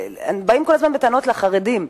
באים כל הזמן בטענות לחרדים,